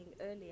earlier